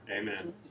Amen